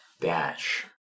Dash